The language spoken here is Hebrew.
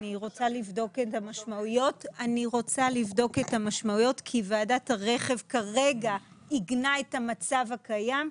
אני רוצה לבדוק את המשמעויות כי ועדת הרכב כרגע עיגנה את המצב הקיים.